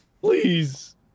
Please